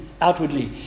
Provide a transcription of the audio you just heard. outwardly